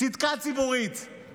צדקה ציבורית,